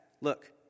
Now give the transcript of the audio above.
look